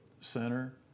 center